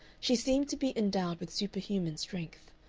she seemed to be endowed with superhuman strength.